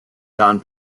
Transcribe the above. don